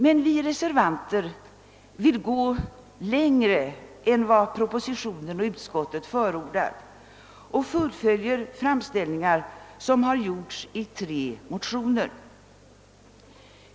Men vi reservanter vill gå längre än vad propositionen och utskottet förordar och följer upp framställningar som gjorts i tre motioner.